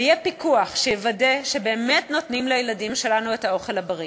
ויהיה פיקוח שיוודא שבאמת נותנים לילדים שלנו את האוכל הבריא.